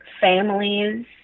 families